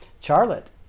Charlotte